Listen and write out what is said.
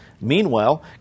Meanwhile